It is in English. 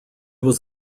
was